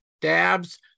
Dabs